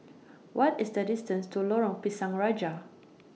What IS The distance to Lorong Pisang Raja